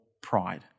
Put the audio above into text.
pride